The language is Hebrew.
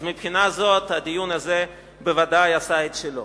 אז מבחינה זו, הדיון הזה בוודאי עשה את שלו.